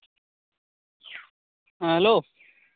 ᱦᱮᱸ ᱦᱮᱞᱳ